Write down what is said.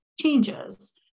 changes